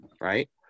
right